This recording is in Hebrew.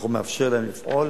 הוא מאפשר להם לפעול